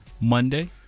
Monday